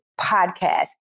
podcast